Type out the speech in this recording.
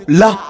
la